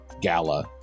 Gala